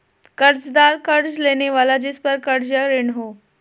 कर्ज़दार कर्ज़ लेने वाला जिसपर कर्ज़ या ऋण हो